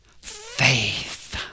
Faith